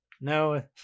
no